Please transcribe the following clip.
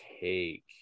take